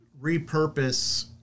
repurpose